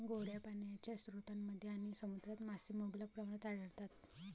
गोड्या पाण्याच्या स्रोतांमध्ये आणि समुद्रात मासे मुबलक प्रमाणात आढळतात